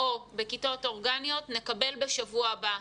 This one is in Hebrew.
או בכיתות אורגניות ונקבל את הנתונים בשבוע הבא,